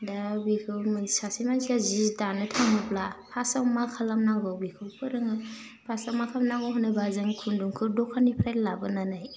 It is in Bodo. दा बेखौ सासे मानसिया जि दानो थाङोब्ला फास्टआव मा खालामनांगौ बेखौ फोरोङो फास्टआव मा खालामनांगौ होनोबा जों खुन्दुंखौ दखाननिफ्राय लाबोनानै